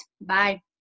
Bye